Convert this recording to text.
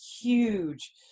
huge